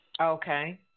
Okay